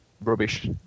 rubbish